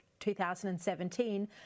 2017